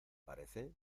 parece